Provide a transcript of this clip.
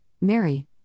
Mary